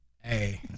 hey